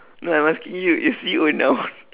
no I'm asking you is you a noun